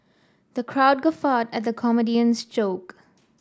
the crowd guffawed at the comedian's joke